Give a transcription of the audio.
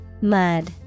mud